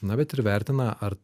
na bet ir vertina ar